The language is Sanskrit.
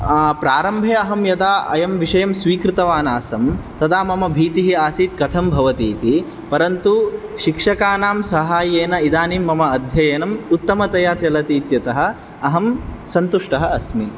प्रारम्भे अहं यदा अयं विषयं स्वीकृतवान् आसम् तदा मम भीतिः आसीत् कथं भवतीति परन्तु शिक्षकाणां साहाय्येन इदानीं मम अध्ययनम् उत्तमतया चलतीत्यतः अहं सन्तुष्टः अस्मि